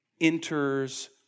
enters